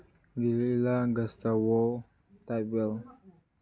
new ꯂꯨꯂꯥ ꯗꯁꯇꯋꯣ ꯇꯥꯏꯕꯦꯜ